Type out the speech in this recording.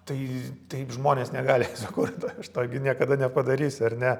tai taip žmonės negali sukurt aš to gi niekada nepadarysiu ar ne